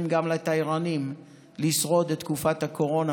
גם לתיירנים לשרוד את תקופת הקורונה,